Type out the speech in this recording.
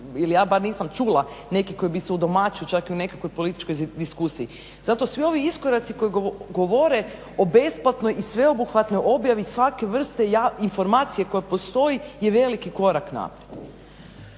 ili ja bar nisam čula neki koji bi se udomaćio čak i u nekakvoj političkoj diskusiji. Zato svi ovi iskoraci koji govore o besplatnoj i sveobuhvatnoj objavi svake vrste informacije koja postoji je veliki korak naprijed.